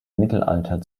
mittelalter